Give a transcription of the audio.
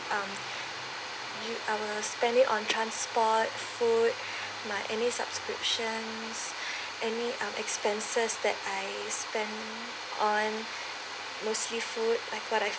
um u~ I will spending it on transport food my any subscriptions any um expenses that I spend on mostly food like what I